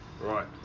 Right